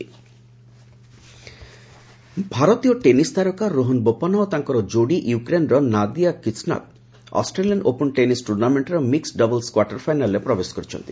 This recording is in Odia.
ଅଷ୍ଟ୍ରେଲିୟାନ୍ ଓପନ୍ ଭାରତୀୟ ଟେନିସ୍ ତାରକା ରୋହନ୍ ବୋପାନ୍ନା ଓ ତାଙ୍କର ଯୋଡ଼ି ୟୁକ୍ରେନ୍ର Nadiia Kichenok Australian Open tennis ଟ୍ର୍ଣ୍ଣାମେଣ୍ଟ୍ର ମିକ୍ଡ୍ ଡବଲ୍ସ୍ କ୍ୱାର୍ଟର ଫାଇନାଲ୍ରେ ପ୍ରବେଶ କରିଛନ୍ତି